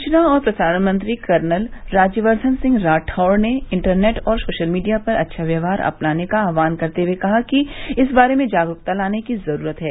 सूचना और प्रसारण मंत्री कर्नल राज्यवर्द्वन सिंह राठौड़ ने इंटरनेट और सोशल मीडिया पर अच्छा व्यवहार अपनाने का आह्वान करते हए कहा कि इस बारे में जागरूकता लाने की ज़रूरत है